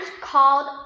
called